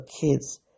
kids